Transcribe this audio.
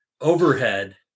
overhead